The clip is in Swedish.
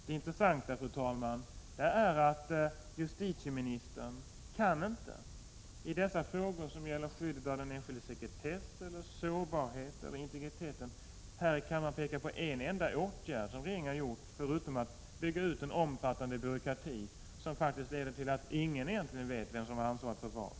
Det intressanta, fru talman, är att justitieministern inte här i kammaren i dessa frågor, som gäller skyddet av den enskildes integritet eller sårbarhet, kan peka på en enda åtgärd som regeringen har vidtagit förutom att man byggt ut en omfattande byråkrati, som faktiskt leder till att ingen vet vem som har ansvaret för vad.